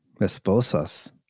esposas